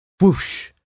whoosh